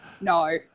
No